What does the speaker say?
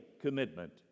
commitment